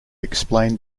explained